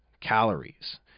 calories